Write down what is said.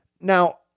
Now